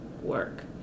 work